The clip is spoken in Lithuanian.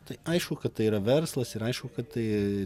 tai aišku kad tai yra verslas ir aišku kad tai